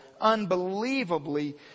unbelievably